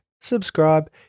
subscribe